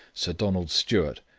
sir donald stewart,